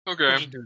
okay